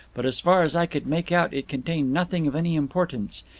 but as far as i could make out it contained nothing of any importance.